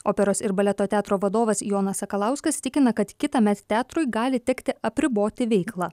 operos ir baleto teatro vadovas jonas sakalauskas tikina kad kitąmet teatrui gali tekti apriboti veiklą